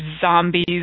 zombies